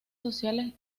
sociales